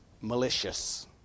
malicious